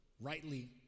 rightly